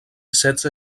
setze